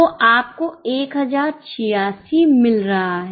तो आप को 1086 मिल रहा है